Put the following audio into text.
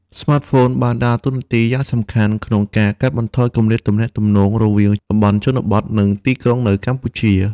ស្មាតហ្វូនបានដើរតួនាទីយ៉ាងសំខាន់ក្នុងការកាត់បន្ថយគម្លាតទំនាក់ទំនងរវាងតំបន់ជនបទ និងទីក្រុងនៅកម្ពុជា។